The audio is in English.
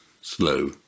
slow